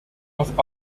auf